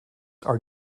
are